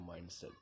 mindset